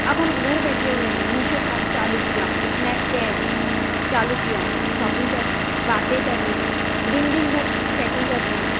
अब हम घर बैठे हुए हैं मीशो शॉप चालू किया स्नैपचैट चालू किया शॉपिंग कर रहे हैं बाते कर रहे हैं दिन दिन भर चैटिंग कर रहें